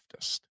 leftist